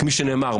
כמו שנאמר,